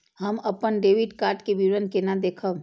हम अपन debit card के विवरण केना देखब?